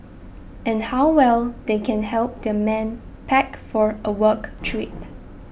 and how well they can help their men pack for a work trip